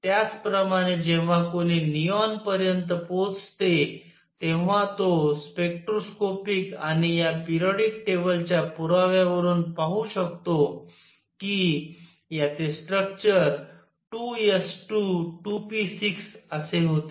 त्याचप्रमाणे जेव्हा कोणी निऑन पर्यंत पोचते तेव्हा तो स्पेक्ट्रोस्कोपिक आणि या पेरियॉडिक टेबल च्या पुराव्यावरून पाहू शकतो कि याचे स्ट्रक्चर 2 s 2 2 p 6 असे होते